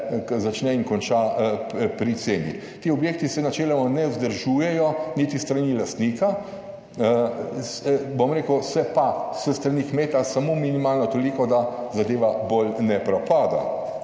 začne in konča pri ceni. Ti objekti se načeloma ne vzdržujejo niti s strani lastnika, bom rekel, se pa s strani kmeta samo minimalno, toliko, da zadeva bolj ne propada.